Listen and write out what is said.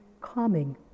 calming